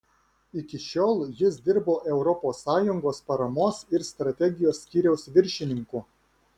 iki šiol jis dirbo europos sąjungos paramos ir strategijos skyriaus viršininku